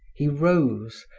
he rose,